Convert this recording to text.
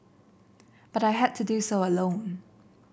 but I had to do so alone